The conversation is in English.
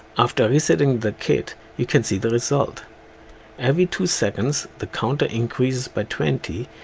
after resetting the kit you can see the result every two seconds the counter increases by twenty,